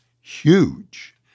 huge